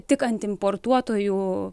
tik ant importuotojų